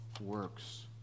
works